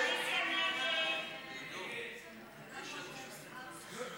ההסתייגות (27) של חברת הכנסת אורלי